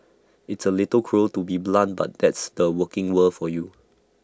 it's A little cruel to be blunt but that's the working world for you